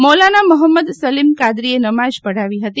મૌલાના મહોમદ સલીમ કાદરીએ નમાઝ પઢાવી હતી